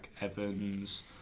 Evans